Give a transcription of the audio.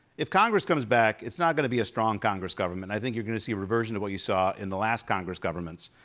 if congress comes back, it's not gonna be a strong congress government. i think you're gonna see a version of what you saw in the last congress governments.